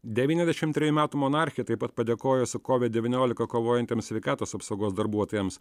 devyniasdešim trejų metų monarchė taip pat padėkojo su covid devyniolika kovojantiems sveikatos apsaugos darbuotojams